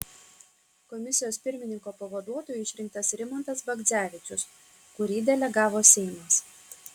komisijos pirmininko pavaduotoju išrinktas rimantas bagdzevičius kurį delegavo seimas